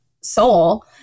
soul